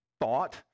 thought